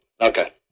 Okay